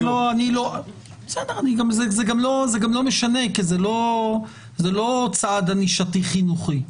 זה גם לא משנה, כי זה לא צעד ענישתי חינוכי.